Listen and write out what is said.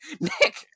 Nick